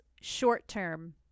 short-term